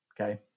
Okay